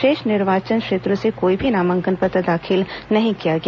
शेष निर्वाचन क्षेत्रों से कोई भी नामांकन पत्र दाखिल नहीं किया गया